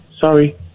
Sorry